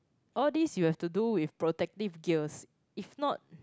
all these you have to do with protective gears if not